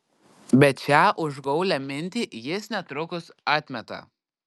bet šią užgaulią mintį jis netrukus atmeta